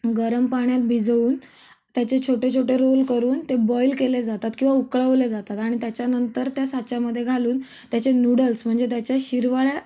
गरम पाण्यात भिजवून त्याचे छोटे छोटे रोल करून ते बॉईल केले जातात किंवा उकळवले जातात आणि त्याच्यानंतर त्या साच्यामध्ये घालून त्याचे नूडल्स म्हणजे त्याच्या शिरवाळ्या